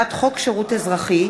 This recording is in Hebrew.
הצעת חוק שירות אזרחי,